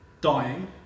dying